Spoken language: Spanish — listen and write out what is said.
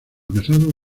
casada